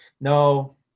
No